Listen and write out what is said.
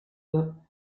für